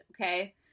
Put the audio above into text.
okay